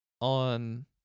on